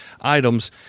items